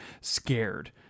scared